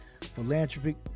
philanthropic